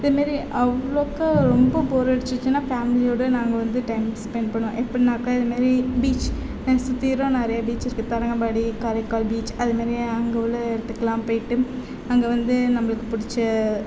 இது மாரி அவ்வளோக்கா ரொம்ப போர் அடிச்சுச்சினா ஃபேமிலியோடு நாங்கள் வந்து டைம் ஸ்பென்ட் பண்ணுவேன் எப்புடின்னாக்க இது மாரி பீச் எங்கே சுற்றிலும் நிறையா பீச்சுருக்கு தரங்கம்பாடி காரைக்கால் பீச் அது மாரி அங்கே உள்ள இடத்துக்குலாம் போய்விட்டு அங்கே வந்து நம்மளுக்கு பிடிச்ச